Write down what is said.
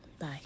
Bye